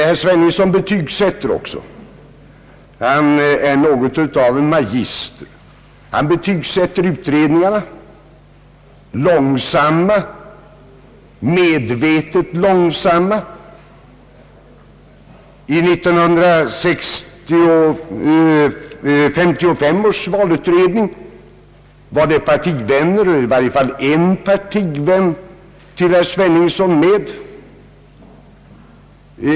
Herr Sveningsson betygsätter också. Han är något av en magister. Han betygsätter utredningarna och säger att de varit långsamma, medvetet långsamma. I 1955 års valutredning var partivänner eller i varje fall en partivän till herr Sveningsson med.